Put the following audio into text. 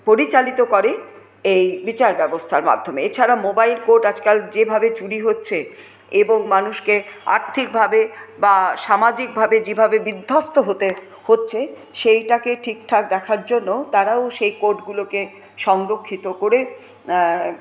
পরিচালিত করে এই বিচার ব্যবস্থার মাধ্যমে এছাড়া মোবাইল কোড আজকাল যেভাবে চুরি হচ্ছে এবং মানুষকে আর্থিকভাবে বা সামাজিকভাবে যেভাবে বিধ্বস্ত হতে হচ্ছে সেইটাকে ঠিকঠাক দেখার জন্য তারাও সেই কোডগুলোকে সংরক্ষিত করে